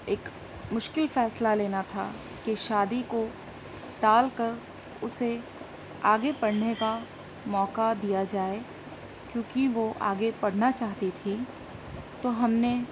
ایک مشکل فیصلہ لینا تھا کہ شادی کو ٹال کر اسے آگے پڑھنے کا موقع دیا جائے کیوں کہ وہ آگے پڑھنا چاہتی تھی تو ہم نے